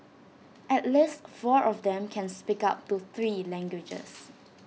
at least four of them can speak up to three languages